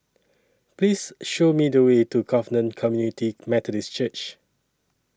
Please Show Me The Way to Covenant Community Methodist Church